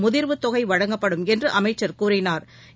முதிா்வு தொகை வழங்கப்படும் என்று அமைச்சா் கூறினாா்